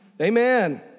Amen